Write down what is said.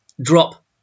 drop